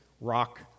rock